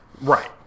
Right